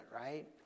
right